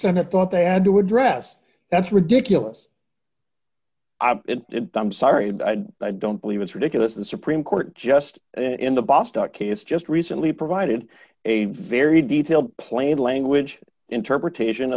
senate thought they had to address that's ridiculous i'm sorry but i don't believe it's ridiculous the supreme court just in the boston kids just recently provided a very detailed plain language interpretation